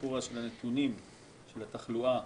הסיפור הזה של הנתונים של התחלואה